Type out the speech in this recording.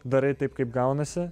darai taip kaip gaunasi